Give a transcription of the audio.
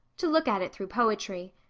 to look at it through poetry.